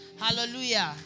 Hallelujah